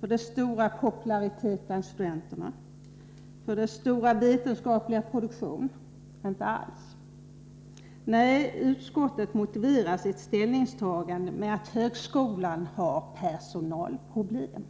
dess stora popularitet bland studenterna, dess stora vetenskapliga produktion? Nej, inte alls, utan utskottet motiverar sitt ställningstagande med att högskolan har personalproblem.